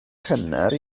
cynnar